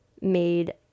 made